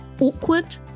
awkward